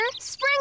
Spring